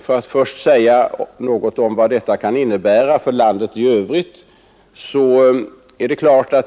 Jag vill först säga något om vad detta kan innebära för landet i övrigt.